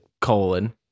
colon